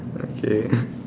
okay